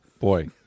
boy